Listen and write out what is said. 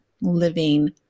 living